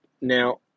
Now